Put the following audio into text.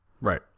Right